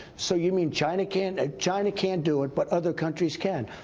so you mean china can't ah china can't do it but other countries can?